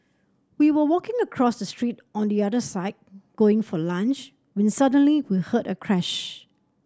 we were walking across the street on the other side going for lunch when suddenly we heard a crash